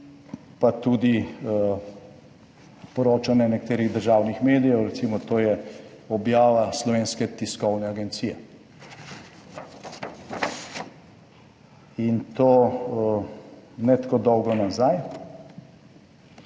pa tudi poročanje nekaterih državnih medijev, recimo, to je objava Slovenske tiskovne agencije in to ne tako dolgo nazaj.